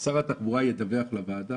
שר התחבורה ידווח לוועדה